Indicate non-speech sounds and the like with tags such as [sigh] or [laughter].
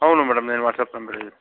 అవును మేడం నేను మాట్లాడతాను [unintelligible]